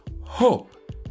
Hope